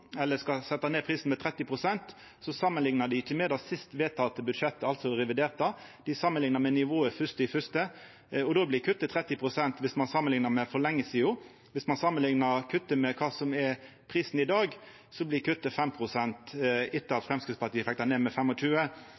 samanliknar med nivået 1. januar, og då blir kuttet 30 pst., altså viss ein samanliknar med for lenge sidan. Viss ein samanliknar kuttet med kva som er prisen i dag, blir kuttet 5 pst. – etter at Framstegspartiet fekk ned prisen med